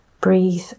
Breathe